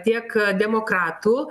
tiek demokratų